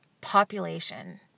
population